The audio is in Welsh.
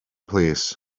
plîs